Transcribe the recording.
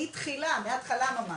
מההתחלה ממש,